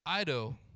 Ido